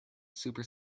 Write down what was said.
super